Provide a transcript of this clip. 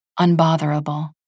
unbotherable